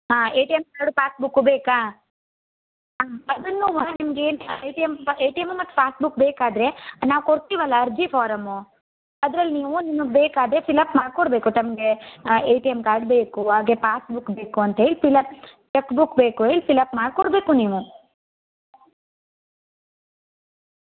ಹಾಂ A T M card passbook ಬೇಕಾ ಅದನ್ನೂ ಮಾ ನಿಮಗೆ A T M A T M ಮತ್ತು ಪಾಸ್ಬುಕ್ ಬೇಕಾದರೆ ನಾವು ಕೊಡ್ತೀವಲ್ಲ ಅರ್ಜಿ ಫಾರಮ್ಮು ಅದರಲ್ಲಿ ನೀವು ನಿಮಗೆ ಬೇಕಾದ ಫಿಲ್ ಅಪ್ ಮಾಡ್ಕೊಡ್ಬೇಕು ತಮಗೆ ಎ ಟಿ ಎಮ್ ಕಾರ್ಡ್ ಬೇಕು ಹಾಗೆ ಪಾಸ್ಬುಕ್ ಬೇಕು ಅಂತ ಹೇಳಿ ಫಿಲ್ ಅಪ್ ಚೆಕ್ ಬುಕ್ ಬೇಕು ಹೇಳಿ ಫಿಲ್ ಅಪ್ ಮಾಡ್ಕೊಡ್ಬೇಕು ನೀವು